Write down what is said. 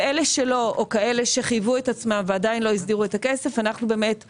ואלה שלא או כאלה שחייבו את עצמם ועדיין לא הסדירו את הכסף הוצאו